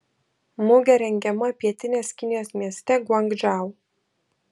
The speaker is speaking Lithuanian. mugė rengiama pietinės kinijos mieste guangdžou